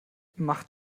macht